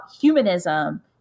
humanism